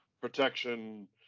protection